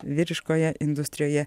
vyriškoje industrijoje